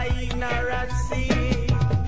ignorance